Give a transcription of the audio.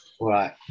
Right